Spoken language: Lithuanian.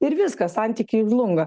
ir viskas santykiai žlunga